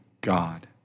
God